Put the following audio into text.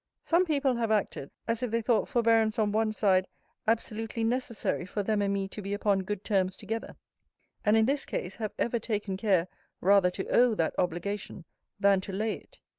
some people have acted, as if they thought forbearance on one side absolutely necessary for them and me to be upon good terms together and in this case have ever taken care rather to owe that obligation than to lay it.